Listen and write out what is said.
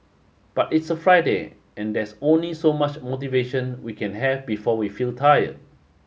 but it's a Friday and there's only so much motivation we can have before we feel tired